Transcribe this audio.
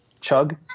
Chug